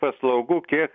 paslaugų kiek